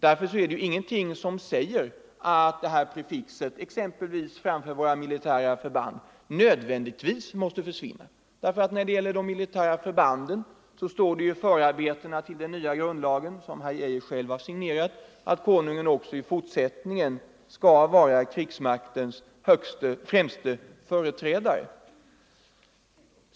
Det är därför ingenting som säger att det är nödvändigt att detta prefix försvinner. När det gäller de militära förbanden anges det i förarbetena till den nya grundlagen, som herr Geijer själv har signerat, att Konungen också i fortsättningen skall vara krigsmaktens främste företrädare.